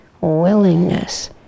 willingness